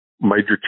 major